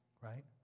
right